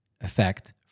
effect